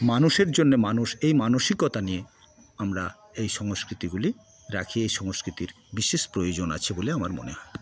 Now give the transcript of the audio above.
মানুষের জন্যে মানুষ এই মানসিকতা নিয়ে আমরা এই সংস্কৃতিগুলি রাখি এই সংস্কৃতির বিশেষ প্রয়োজন আছে বলে আমার মনে হয়